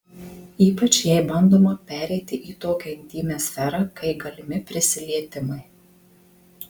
ypač jei bandoma pereiti į tokią intymią sferą kai galimi prisilietimai